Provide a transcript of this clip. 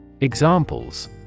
Examples